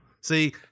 See